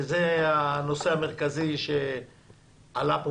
וזה הנושא המרכזי שעלה פה